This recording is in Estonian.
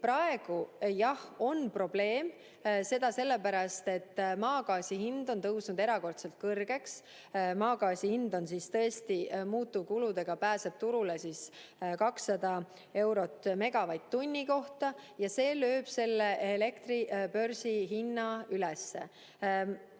jah, on probleem, seda sellepärast, et maagaasi hind on tõusnud erakordselt kõrgeks. Maagaas tõesti muutuvkuludega pääseb turule hinnaga 200 eurot megavatt-tunni kohta ja see lööb elektri börsihinna üles.